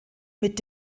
mit